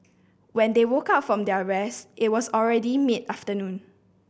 when they woke up from their rest it was already mid afternoon